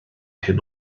hyn